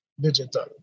digital